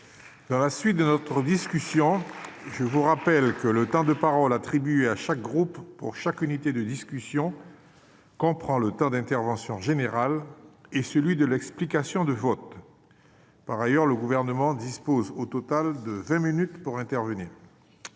Mes chers collègues, je vous rappelle que le temps de parole attribué à chaque groupe pour chaque unité de discussion comprend le temps d'intervention générale et celui de l'explication de vote. Par ailleurs, le Gouvernement dispose au total de vingt minutes pour intervenir.